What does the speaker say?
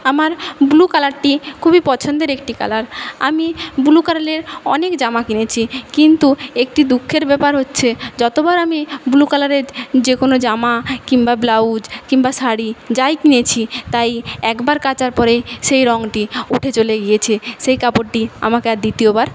আমার ব্লু কালারটি খুবই পছন্দের একটি কালার আমি ব্লু কালারের অনেক জামা কিনেছি কিন্তু একটি দুঃখের ব্যাপার হচ্ছে যতবার আমি ব্লু কালারের যে কোনও জামা কিংবা ব্লাউজ কিংবা শাড়ি যাই কিনেছি তাই একবার কাচার পরে সেই রঙটি উঠে চলে গিয়েছে সেই কাপড়টি আমাকে আর দ্বিতীয়বার